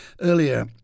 earlier